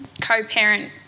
co-parent